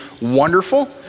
wonderful